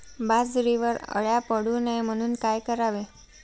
बाजरीवर अळ्या पडू नये म्हणून काय करावे?